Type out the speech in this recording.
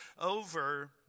over